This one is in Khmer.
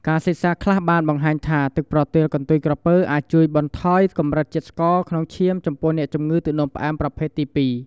ការសិក្សាខ្លះបានបង្ហាញថា ទឹកប្រទាលកន្ទុយក្រពើអាចជួយបន្ថយកម្រិតជាតិស្ករក្នុងឈាមចំពោះអ្នកជំងឺទឹកនោមផ្អែមប្រភេទទី ២។